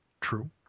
true